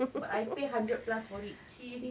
but I pay hundred plus for it kid~